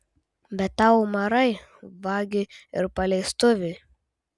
bet tau umarai vagiui ir paleistuviui